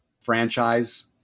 franchise